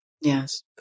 Yes